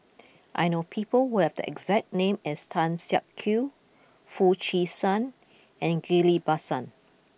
I know people who have the exact name as Tan Siak Kew Foo Chee San and Ghillie Basan